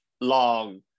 long